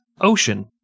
Ocean